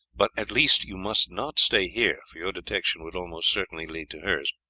but, at least, you must not stay here, for your detection would almost certainly lead to hers.